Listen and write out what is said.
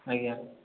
ଆଜ୍ଞା